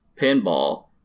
Pinball